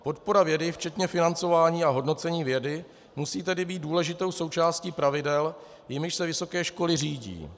Podpora vědy včetně financování a hodnocení vědy musí tedy být důležitou součástí pravidel, jimiž se vysoké školy řídí.